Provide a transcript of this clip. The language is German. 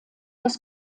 das